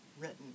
written